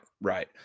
right